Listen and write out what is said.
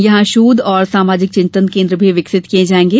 यहां शोध और सामाजिक चिन्तन केन्द्र भी विकसित किये जायेंगे